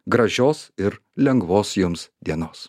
gražios ir lengvos jums dienos